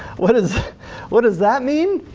what does what does that mean?